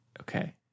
okay